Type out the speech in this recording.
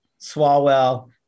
Swalwell